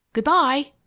good-by!